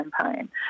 campaign